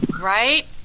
Right